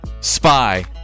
spy